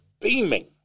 beaming